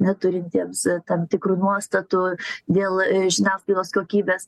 neturintiems tam tikrų nuostatų dėl žiniasklaidos kokybės